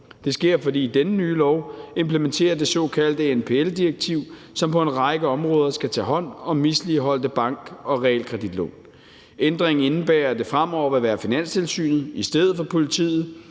Det sker, fordi denne nye lov implementerer det såkaldte NPL-direktiv, som på en række områder skal tage hånd om misligholdte bank- og realkreditlån. Ændringen indebærer, at det fremover vil være Finanstilsynet i stedet for politiet,